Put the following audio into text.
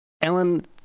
Ellen